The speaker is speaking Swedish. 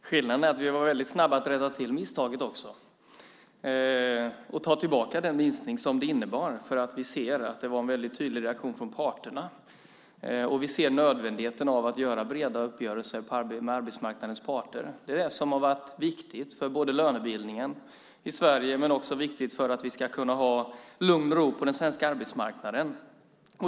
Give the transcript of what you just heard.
Fru talman! Skillnaden är att vi var väldigt snabba med att rätta till misstaget också och ta tillbaka den minskning som det innebar därför att vi såg att det kom en väldigt tydlig reaktion från parterna. Vi ser nödvändigheten av att träffa breda uppgörelser med arbetsmarknadens parter. Det är det som har varit viktigt för lönebildningen i Sverige men också för att vi ska kunna ha lugn och ro på den svenska arbetsmarknaden.